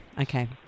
Okay